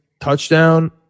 touchdown